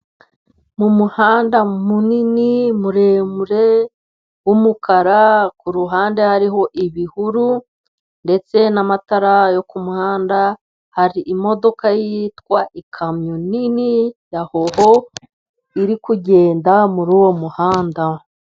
Mu muhanda munini muremure w'umukara, ku ruhande hariho ibihuru ndetse n'amatara yo ku muhanda. Hari imodoka yitwa ikamyo nini ya hoho, iri kugenda muri uwo muhanda.